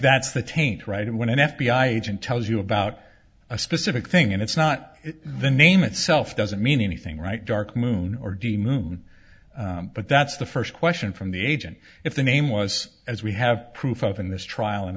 that's the taint right when an f b i agent tells you about a specific thing and it's not the name itself doesn't mean anything right dark moon or d moon but that's the first question from the agent if the name was as we have proof of in this trial and